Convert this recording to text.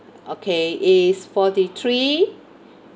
okay is forty three